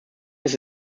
ist